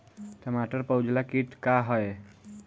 टमाटर पर उजला किट का है?